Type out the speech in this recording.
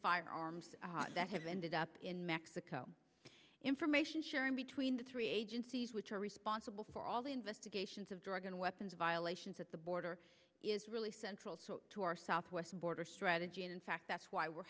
firearms that have ended up in mexico information sharing between the three agencies which are responsible for all the investigations of drug and weapons violations at the border is really central to our southwest border strategy and in fact that's why we're